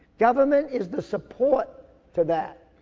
government is the support to that.